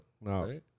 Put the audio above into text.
No